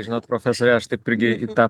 žinot profesore aš taip irgi į tą